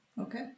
Okay